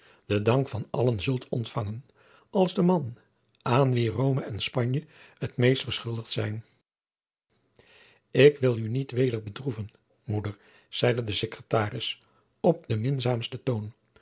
den dank van allen zult ontfangen als de man aan wien rome en spanje het meest verschuldigd zijn ik wil u niet weder bedroeven moeder zeide de secretaris op den minzaamsten toon